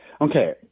Okay